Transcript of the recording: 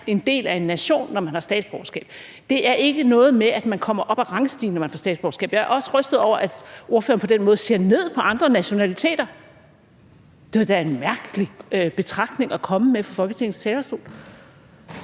en del af en nation, når man har statsborgerskab. Det er ikke noget med, at man bevæger sig op ad rangstigen, når man får statsborgerskab. Jeg er også rystet over, at ordføreren på den måde ser ned på andre nationaliteter. Det var da en mærkelig betragtning at komme med fra Folketingets talerstol.